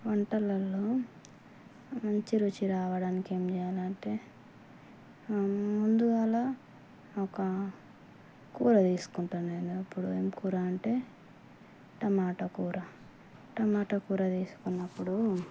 వంటలలో మంచి రుచి రావడానికి ఏం చేయాలంటే ముందుగా ఒక కూర తీసుకుంటాను నేను ఎప్పుడు ఏం కూర అంటే టమాటా కూర టమాటా కూర తీసుకున్నప్పుడు